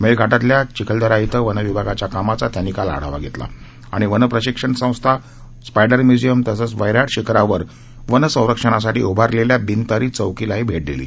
मेळघाटातल्या चिखलदरा इथं वन विभागाच्या कामांचा त्यांनी काल आढावा घेतला आणि वन प्रशिक्षण संस्था स्पायडर म्युझियम तसच वैराट शिखरावर वनसंरक्षणासाठी उभारलेल्या बिनतारी चौकीलाही भेट दिली